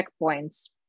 checkpoints